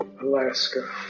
Alaska